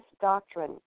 doctrine